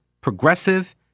progressive